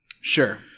Sure